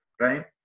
right